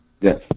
Yes